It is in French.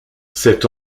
cet